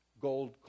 gold